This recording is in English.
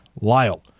Lyle